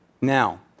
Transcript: Now